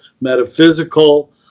metaphysical